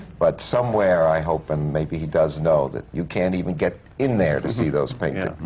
but somewhere i hope, and maybe he does know, that you can't even get in there to see those paintings.